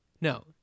no